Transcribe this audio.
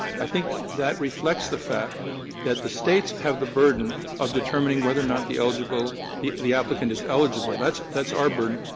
i think that reflects the fact that the states have the burden of determining whether or not the eligible the the applicant is eligible. that's that's our burden.